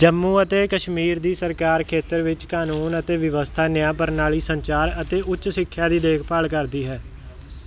ਜੰਮੂ ਅਤੇ ਕਸ਼ਮੀਰ ਦੀ ਸਰਕਾਰ ਖੇਤਰ ਵਿੱਚ ਕਾਨੂੰਨ ਅਤੇ ਵਿਵਸਥਾ ਨਿਆਂ ਪ੍ਰਣਾਲੀ ਸੰਚਾਰ ਅਤੇ ਉੱਚ ਸਿੱਖਿਆ ਦੀ ਦੇਖਭਾਲ ਕਰਦੀ ਹੈ